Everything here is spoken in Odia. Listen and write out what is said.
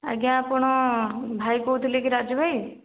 ଆଜ୍ଞା ଆପଣ ଭାଇ କହୁଥିଲେ କି ରାଜୁଭାଇ